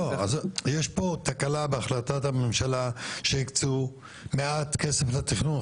אז יש פה תקלה בהחלטת הממשלה שהקצו מעט כסף לתכנון.